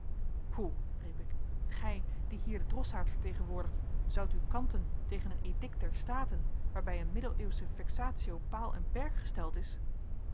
hoe riep ik gij die hier den drossaard vertegenwoordigt zoudt u kanten tegen een edict der staten waarbij een middeleeuwsche vexatio paal en perk gesteld is